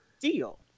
deal